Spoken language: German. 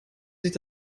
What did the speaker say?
sich